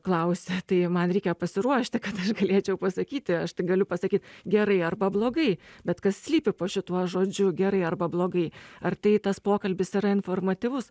klausia tai man reikia pasiruošti kad galėčiau pasakyti aš tik galiu pasakyt gerai arba blogai bet kas slypi po šituo žodžiu gerai arba blogai ar tai tas pokalbis yra informatyvus